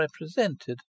represented